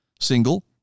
single